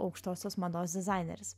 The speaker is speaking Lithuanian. aukštosios mados dizaineris